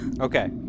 Okay